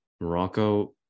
Morocco